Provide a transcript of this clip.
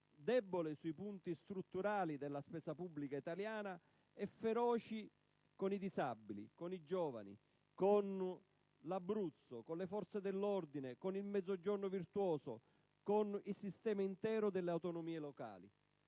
debole sui punti strutturali della spesa pubblica italiana e feroce con i disabili, con i giovani, con l'Abruzzo, con le forze dell'ordine, con il Mezzogiorno virtuoso, con il sistema intero delle autonomie locali.